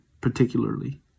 particularly